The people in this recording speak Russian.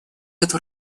эту